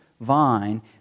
vine